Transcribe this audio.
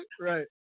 Right